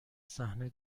صحنه